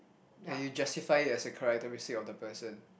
and you justify it as a characteristic of the person